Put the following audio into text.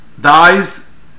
dies